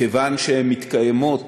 כיוון שהן מתקיימות